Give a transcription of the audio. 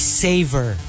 savor